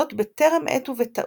זאת בטרם עת ובטעות,